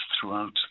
throughout